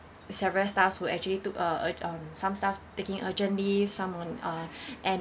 several staffs who actually took a urge~ um some staff taking urgently leave some on uh